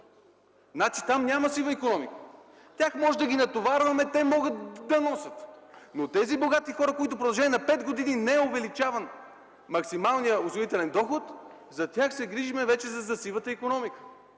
Значи там няма сива икономика! Тях може да ги натоварваме, те могат да носят, но на тези богати хора, които в продължение на пет години не е увеличаван максималният осигурителен доход, за тях – вече се грижим за сивата икономика.